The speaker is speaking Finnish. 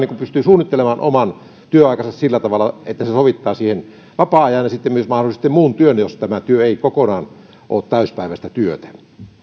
tai pystyy suunnittelemaan oman työaikansa sillä tavalla että se sovittaa siihen vapaa ajan ja mahdollisesti sitten myös muun työn jos tämä työ ei kokonaan ole täysipäiväistä työtä